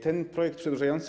Ten projekt przedłużający.